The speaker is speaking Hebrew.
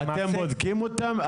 אתם בודקים אותם?